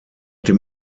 dem